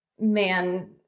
man